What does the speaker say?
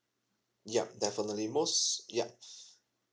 ya definitely most ya